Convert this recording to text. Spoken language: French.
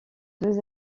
deux